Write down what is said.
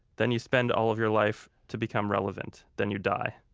then you spend all of your life to become relevant. then you die